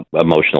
emotional